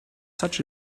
such